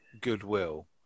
goodwill